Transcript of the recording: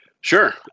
Sure